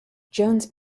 jones